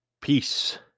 Peace